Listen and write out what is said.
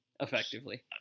effectively